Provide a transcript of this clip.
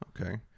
Okay